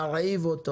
נרעיב אותו